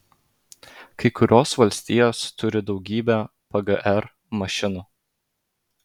kai kurios valstijos turi daugybę pgr mašinų